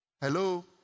Hello